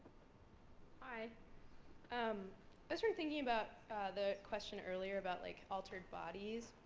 i um i started thinking about the question earlier about like altered bodies.